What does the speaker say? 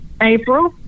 april